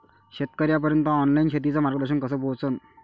शेतकर्याइपर्यंत ऑनलाईन शेतीचं मार्गदर्शन कस पोहोचन?